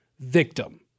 victim